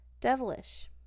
devilish